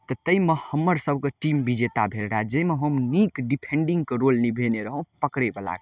तऽ ताहिमे हम्मर सबके टीम विजेता भेल रहऽ जाहिमे हम नीक डिफेंडिंगके रोल निभेने रहौं पकड़यवला के